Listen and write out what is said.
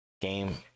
game